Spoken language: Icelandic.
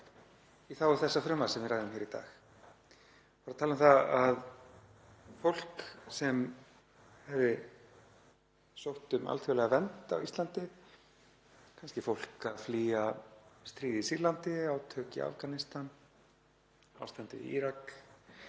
í þágu þessa frumvarps sem við ræðum hér í dag. Hann var að tala um það fólk sem hefði sótt um alþjóðlega vernd á Íslandi — kannski er fólk að flýja stríðið í Sýrlandi, átök í Afganistan, ástandið í Írak,